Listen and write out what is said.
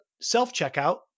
self-checkout